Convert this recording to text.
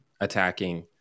attacking